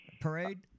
Parade